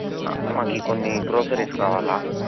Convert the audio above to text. మాకు కొన్ని గ్రోసరీస్ కావాలి